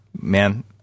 man